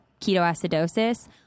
ketoacidosis